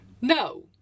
No